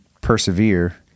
persevere